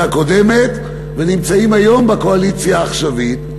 הקודמת ונמצאות היום בקואליציה העכשווית,